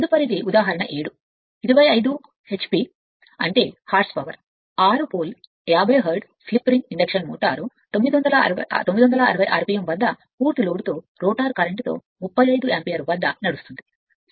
తదుపరి ఉదాహరణ 7 25 h p అంటే horse power 6 pole 50 hertz slip ring induction motor 960 rpm వద్ద పూర్తి లోడ్తో రోటర్ కరెంట్తో 35 ఆంపియర్ 35 యాంపియర్ వద్ద నడుస్తుంది